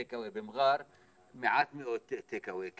במראר יש מעט מאוד טייק אווי.